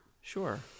Sure